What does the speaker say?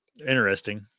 interesting